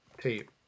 tape